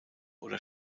oder